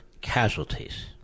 casualties